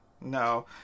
no